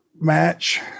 match